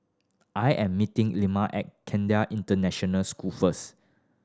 I am meeting at International School first